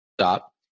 stop